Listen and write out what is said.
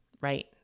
right